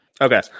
okay